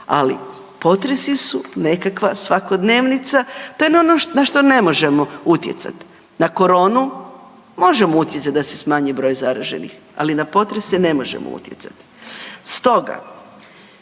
Ali, potresi su nekakva svakodnevnica, to je ono na što ne može utjecati. Na koronu možemo utjecati da se smanji broj zaraženih, ali na potrese ne možemo utjecati. Stoga,